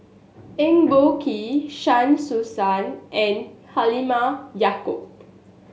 Eng Boh Kee Shah Hussain and Halimah Yacob